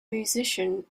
musician